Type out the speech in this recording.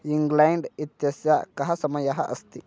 England इत्यस्य कः समयः अस्ति